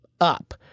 up